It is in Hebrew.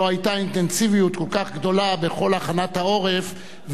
לא היתה אינטנסיביות כל כך גדולה בכל הכנת העורף,